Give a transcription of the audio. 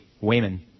Wayman